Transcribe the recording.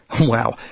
Wow